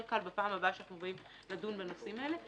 בפעם הבאה שאנחנו באים לדון בנושאים האלה.